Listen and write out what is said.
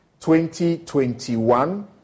2021